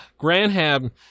Granham